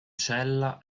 cella